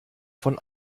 von